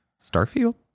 starfield